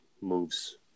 moves